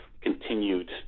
continued